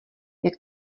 jak